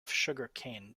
sugarcane